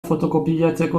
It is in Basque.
fotokopiatzeko